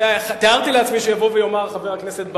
תיארתי לעצמי שיבוא ויאמר חבר הכנסת בר-און,